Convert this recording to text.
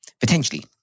potentially